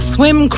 Swim